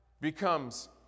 becomes